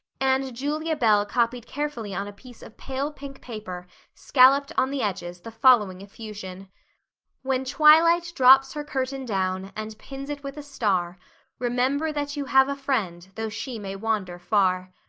and julia bell copied carefully on a piece of pale pink paper scalloped on the edges the following effusion when twilight drops her curtain down and pins it with a star remember that you have a friend though she may wander far.